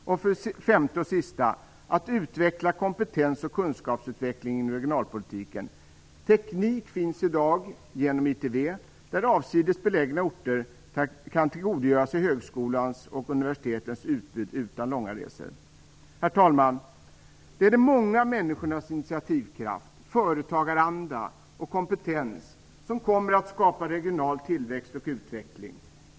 För det femte och sista: Utveckla kompetens och kunskapsutveckling i regionalpolitiken. Teknik finns i dag genom ITV för att avsides belägna orter skall kunna tillgodogöra sig högskolans och universitetens utbud utan långa resor. Herr talman! Det är de många människornas initiativkraft, företagaranda och kompetens som kommer att skapa regional tillväxt och utveckling.